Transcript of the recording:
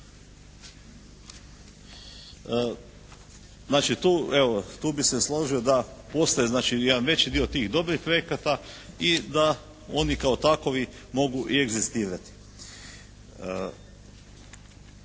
znači tu, tu bih se složio da postoje znači jedan veći dio tih dobrih projekata i da oni kao takovi mogu i egzistirati.